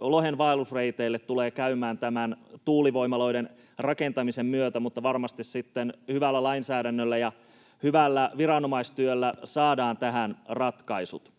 lohen vaellusreiteille tulee käymään tuulivoimaloiden rakentamisen myötä. Mutta varmasti sitten hyvällä lainsäädännöllä ja hyvällä viranomaistyöllä saadaan tähän ratkaisut.